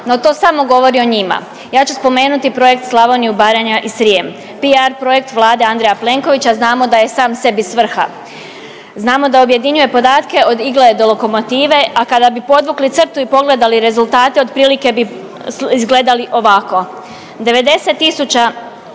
No to samo govori o njima. Ja ću spomenuti projekt Slavoniju, Baranja i Srijem. PR projekt Vlade Andreja Plenkovića znamo da je sam sebi svrha. Znamo da objedinjuje podatke od igle do lokomotive, a kada bi podvukli crtu i pogledali rezultate otprilike bi izgledali ovako. 90 tisuća